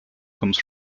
comes